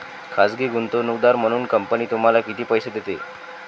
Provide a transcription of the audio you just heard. खाजगी गुंतवणूकदार म्हणून कंपनी तुम्हाला किती पैसे देते?